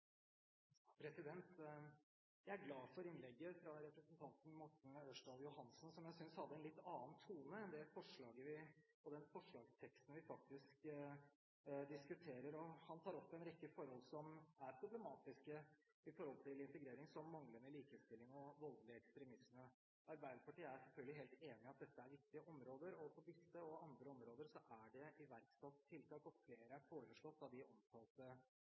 Jeg er glad for innlegget fra representanten Morten Ørsal Johansen, som jeg synes hadde en litt annen tone enn det forslaget, den forslagsteksten, vi faktisk diskuterer. Han tar opp en rekke forhold som er problematiske i forhold til integrering, som manglende likestilling og voldelig ekstremisme. Arbeiderpartiet er selvfølgelig helt enig i at dette er viktige områder, og på disse og andre områder er det iverksatt tiltak, og flere er foreslått av de omtalte